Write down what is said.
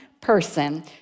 person